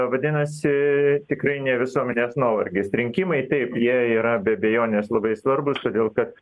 vadinasi tikrai ne visuomenės nuovargis rinkimai taip jie yra be abejonės labai svarbūs todėl kad